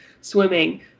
swimming